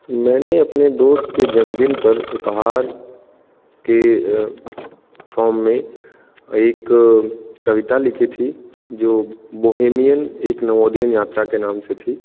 मैंने अपने दोस्त के जन्मदिन पर उपहार के फॉर्म में एक कविता लिखी थी जो बोहेमियन एक नोवोदियन यात्रा के नाम से थी